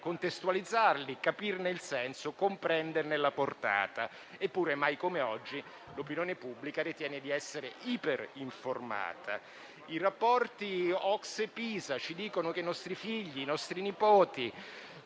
contestualizzarli, capirne il senso e comprenderne la portata. Eppure, mai come oggi l'opinione pubblica ritiene di essere iperinformata. I rapporti OCSE Pisa ci dicono che i nostri figli, i nostri nipoti,